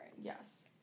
Yes